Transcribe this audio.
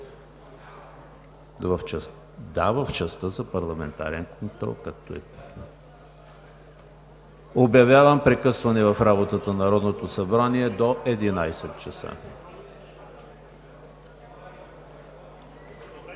Да, в частта за парламентарен контрол. Обявявам прекъсване на работата на Народното събрание до 11,00 ч. (След